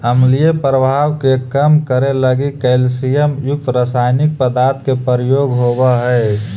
अम्लीय प्रभाव के कम करे लगी कैल्सियम युक्त रसायनिक पदार्थ के प्रयोग होवऽ हई